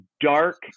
dark